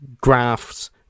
graphs